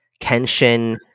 Kenshin